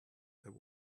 there